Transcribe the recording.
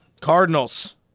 Cardinals